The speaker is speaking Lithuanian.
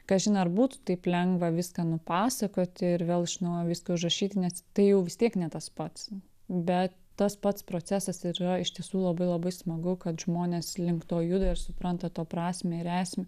kažin ar būtų taip lengva viską nupasakoti ir vėl iš naujo viską užrašyti nes tai jau vis tiek ne tas pats bet tas pats procesas ir yra iš tiesų labai labai smagu kad žmonės link to juda ir supranta to prasmę ir esmę